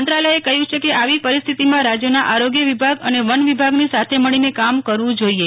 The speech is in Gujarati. મંત્રાલયે કહયું છે કે આવી પરિસ્થિતિમાં રાજયોના આરોગ્ય વિભાગ અને વન વિભાગની સાથે મળીને કામ કરવું જોઈએ